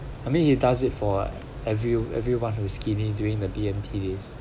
I mean he does it for every everyone who's skinny during the B_M_T days